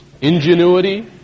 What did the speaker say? ingenuity